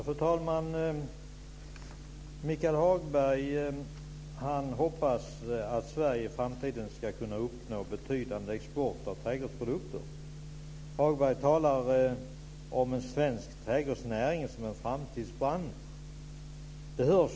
Fru talman! Michael Hagberg hoppas att Sverige i framtiden ska kunna uppnå en betydande export av trädgårdsprodukter. Han talar om den svenska trädgårdsnäringen som en framtidsbransch. Det låter bra.